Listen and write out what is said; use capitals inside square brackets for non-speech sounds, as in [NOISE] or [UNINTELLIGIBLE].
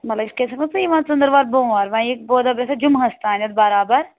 مطلب اِتھ کٔنۍ چھَکھ نَہ ژٕ یِوان ژٔندٕوار بوموار وۄنۍ یِکھ بودوارِ دۄہ [UNINTELLIGIBLE] جمعہ ہَس تانٮ۪تھ بَرابَر